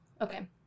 Okay